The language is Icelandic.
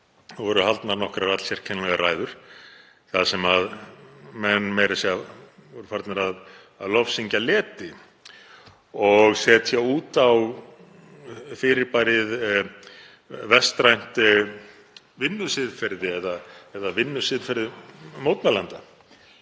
voru haldnar nokkrar allsérkennilegar ræður þar sem menn voru meira að segja farnir að lofsyngja leti og setja út á fyrirbærið vestrænt vinnusiðferði eða vinnusiðferði mótmælenda,